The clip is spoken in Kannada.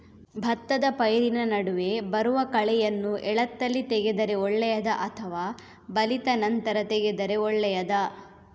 ಭತ್ತದ ಪೈರಿನ ನಡುವೆ ಬರುವ ಕಳೆಯನ್ನು ಎಳತ್ತಲ್ಲಿ ತೆಗೆದರೆ ಒಳ್ಳೆಯದಾ ಅಥವಾ ಬಲಿತ ನಂತರ ತೆಗೆದರೆ ಒಳ್ಳೆಯದಾ?